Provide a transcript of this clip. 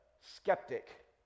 skeptic